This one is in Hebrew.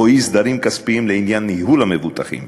אי-סדרים כספיים לעניין ניהול המבוטחים.